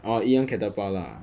oh 一样 catapult lah